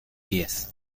pies